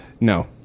No